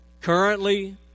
currently